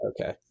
okay